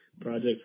project